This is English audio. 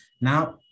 Now